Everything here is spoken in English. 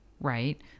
right